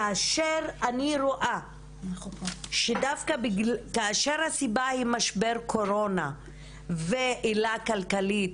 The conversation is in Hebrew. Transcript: כאשר אני רואה וכאשר הסיבה היא משבר הקורונה ועילה כלכלית,